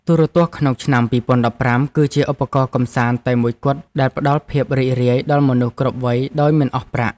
ទូរទស្សន៍ក្នុងឆ្នាំ ២០១៥ គឺជាឧបករណ៍កម្សាន្តតែមួយគត់ដែលផ្តល់ភាពរីករាយដល់មនុស្សគ្រប់វ័យដោយមិនអស់ប្រាក់។